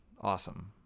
awesome